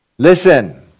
Listen